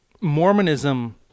Mormonism